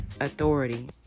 authority